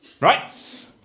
right